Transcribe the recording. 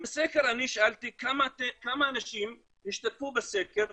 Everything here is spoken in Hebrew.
בסקר שאלתי כמה אנשים שהשתתפו בסקר,